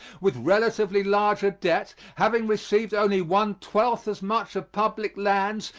with relatively larger debt, having received only one-twelfth as much of public lands,